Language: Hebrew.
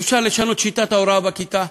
אפשר לשנות את שיטת ההוראה בכיתה.